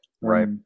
Right